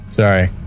Sorry